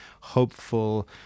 hopeful